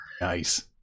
Nice